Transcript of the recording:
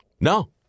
No